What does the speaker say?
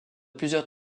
plusieurs